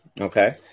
Okay